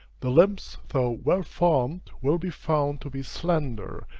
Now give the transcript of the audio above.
the limbs though well formed, will be found to be slender,